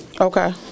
okay